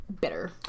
bitter